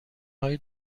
های